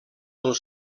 del